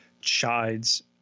chides